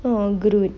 oh groot